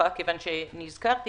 כמו שציינה חברת הכנסת,